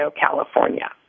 California